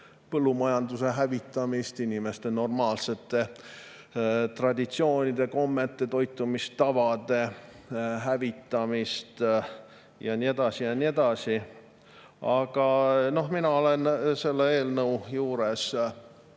põllumajanduse hävitamist, inimeste normaalsete traditsioonide, kommete ja toitumistavade hävitamist ja nii edasi ja nii edasi. Aga mina olen selle eelnõu puhul